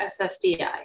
SSDI